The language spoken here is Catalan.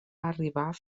arribar